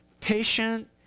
patient